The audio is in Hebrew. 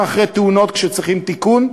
בעיקר אחרי תאונות כשצריכים תיקון,